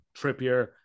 Trippier